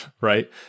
right